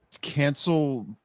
cancel